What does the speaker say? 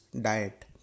diet